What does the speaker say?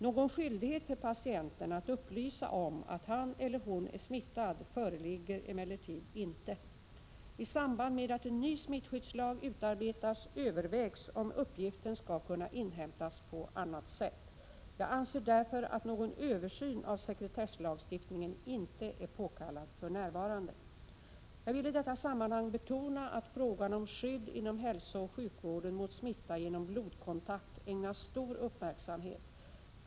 Någon skyldighet för patienten att upplysa om att han eller hon är smittad föreligger emellertid inte. I samband med att en ny smittskyddslag utarbetas övervägs om uppgiften skall kunna inhämtas på annat sätt. Jag anser därför att någon översyn av sekretesslagstiftningen inte är påkallad för närvarande. Jag vill i detta sammanhang betona att frågan om skydd inom hälsooch sjukvården mot smitta genom blodkontakt ägnas stor uppmärksamhet.